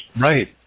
Right